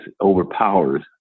overpowers